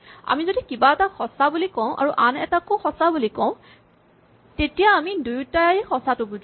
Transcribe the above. আমি যদি কিবা এটাক সঁচা বুলি কওঁ আৰু আন এটাকো সঁচা বুলি কওঁ তেতিয়া আমি দুয়োটাই সঁচাটো বুজাও